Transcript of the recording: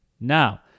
Now